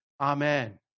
Amen